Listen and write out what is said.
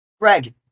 Greg